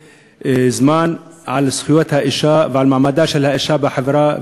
זמן על זכויות האישה ועל מעמדה של האישה בחברה.